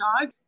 dog